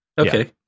okay